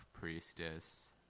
Priestess